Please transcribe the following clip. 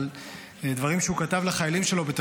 אבל דברים שהוא כתב לחיילים שלו כשהוא היה